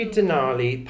Denali